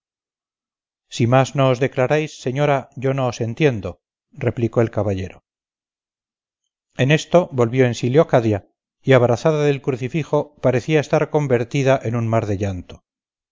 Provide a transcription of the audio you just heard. si más no os declaráis señora yo no os entiendo replicó el caballero en esto volvió en sí leocadia y abrazada del crucifijo parecía estar convertida en un mar de llanto